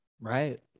Right